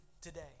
today